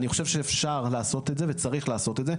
אני חושב שאפשר וצריך לעשות את זה.